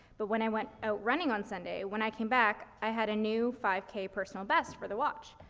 but when i went out running on sunday, when i came back i had a new five k personal best for the watch.